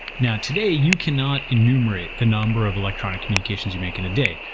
now, today, you cannot enumerate the number of electronic communications you make in a day.